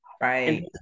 Right